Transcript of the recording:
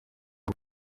uku